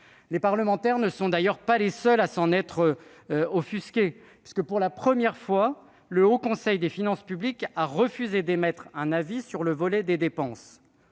Les parlementaires ne sont d'ailleurs pas les seuls à s'en offusquer puisque, pour la première fois, le Haut Conseil des finances publiques a refusé d'émettre un avis sur le volet dépenses